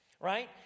right